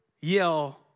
yell